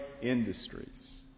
industries